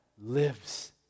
lives